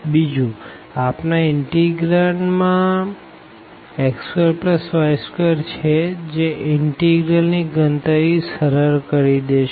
બીજુંઆપણા ઇનટેગ્રાંડમાં x2y2 છે જે ઇનટીગ્રલ ની ગણતરી સરળ કરી દેશે